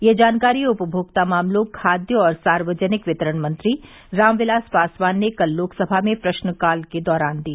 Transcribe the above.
यह जानकारी उपभोक्ता मामलों खाद्य और सार्वजनिक वितरण मंत्री रामविलास पासवान ने कल लोकसभा में प्रश्नकाल के दौरान दी